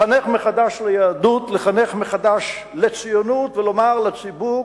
לחנך מחדש ליהדות, לחנך מחדש לציונות ולומר לציבור